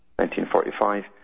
1945